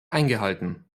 eingehalten